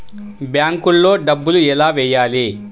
బ్యాంక్లో డబ్బులు ఎలా వెయ్యాలి?